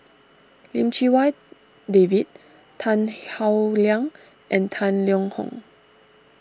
Lim Chee Wai David Tan Howe Liang and Tang Liang Hong